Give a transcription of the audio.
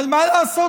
אבל מה לעשות,